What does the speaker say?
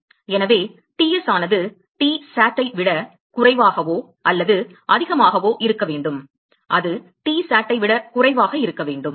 எனவே Ts ஆனது Tsat ஐ விட குறைவாகவோ அல்லது அதிகமாகவோ இருக்க வேண்டும் அது Tsat ஐ விட குறைவாக இருக்க வேண்டும்